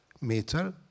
meter